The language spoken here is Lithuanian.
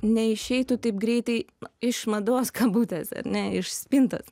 neišeitų taip greitai iš mados kabutėse ar ne iš spintos